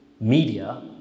media